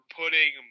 putting